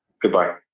goodbye